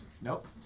Nope